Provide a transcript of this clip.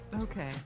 Okay